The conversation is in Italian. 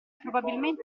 probabilmente